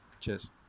Cheers